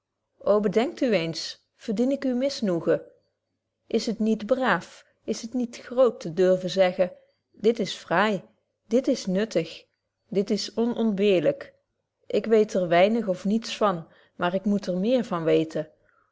o bedenkt u eens verdien ik uw misnoegen is het niet braaf is het niet groot te durven zeggen dit is fraai dit is nuttig dit is onontbeerlyk ik weet er weinig of niets van maar ik moet er meer van weten